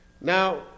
Now